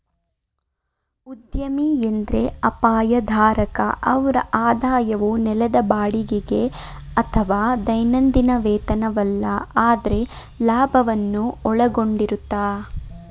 ಉದ್ಯಮಿ ಎಂದ್ರೆ ಅಪಾಯ ಧಾರಕ ಅವ್ರ ಆದಾಯವು ನೆಲದ ಬಾಡಿಗೆಗೆ ಅಥವಾ ದೈನಂದಿನ ವೇತನವಲ್ಲ ಆದ್ರೆ ಲಾಭವನ್ನು ಒಳಗೊಂಡಿರುತ್ತೆ